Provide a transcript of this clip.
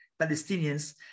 Palestinians